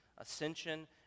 ascension